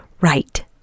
right